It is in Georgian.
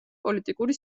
პოლიტიკური